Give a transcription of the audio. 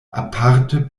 aparte